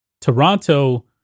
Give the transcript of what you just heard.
Toronto